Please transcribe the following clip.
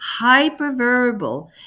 Hyperverbal